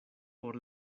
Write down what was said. por